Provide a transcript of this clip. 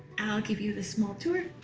i'll give you the small tour